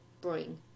bring